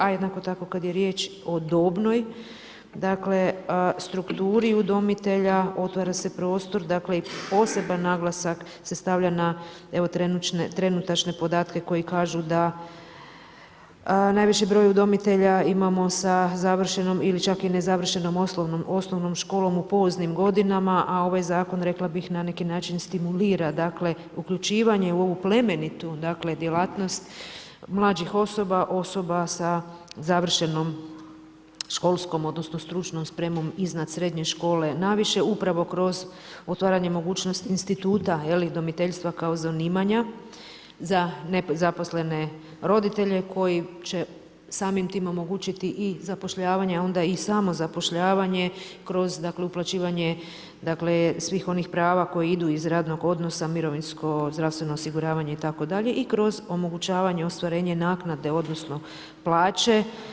A jednako tako kada je riječ o dobnoj strukturi udomitelji, otvara se prostor dakle, poseban naglasak se stavlja na trenutačne podatke, koji kažu da najviši broj udomitelja imamo sa završnom ili čak i nezavršenom osnovnom školom u poznim godinama, a ovaj zakon, rekla bih na neki način, stimulira uključivanje u ovu plemenitu djelatnost, mlađih osoba, osoba sa završnom školskom, odnosno, stručnom spremom iznad srednje škole, naviše, upravo kroz otvaranje mogućnost instituta udomiteljstva kao zanimanja za zaposlene roditelje, koji će samim time omogućiti zapošljavanje a onda i samozapošljavanje kroz uplaćivanje svih onih prava koje idu iz radnog odnosa mirovinsko, zdravstveno osiguravanje itd, i kroz omogućavanje, ostvarenje naknade, odnosno, plaće.